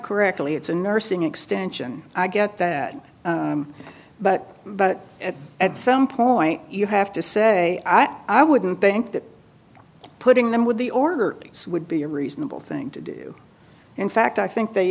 correctly it's a nursing extension i get that but but at some point you have to say i wouldn't think that putting them with the order would be a reasonable thing to do in fact i think they